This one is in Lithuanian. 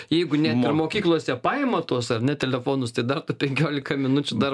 jeigu net ir mokyklose paima tuos ar ne telefonus tai dar tu penkiolika minučių dar